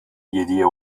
yediye